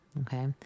okay